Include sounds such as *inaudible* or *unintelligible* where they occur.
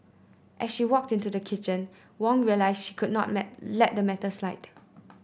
as she walked into the kitchen Wong realised she could not *unintelligible* let the matter slide